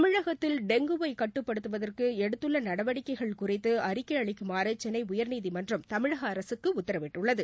தமிழகத்தில் டெங்குவை கட்டுப்படுத்துவதற்கு எடுத்துள்ள நடவடிக்கைகள் குறித்து அறிக்கை அளிக்குமாறு சென்னை உயா்நீதிமன்றம் தமிழக அரசுக்கு உத்தரவிட்டுள்ளது